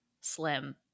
slim